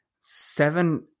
seven